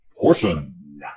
portion